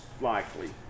likely